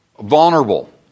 vulnerable